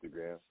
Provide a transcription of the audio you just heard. Instagram